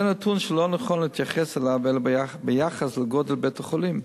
זהו נתון שלא נכון להתייחס אליו אלא ביחס לגודל בית-החולים,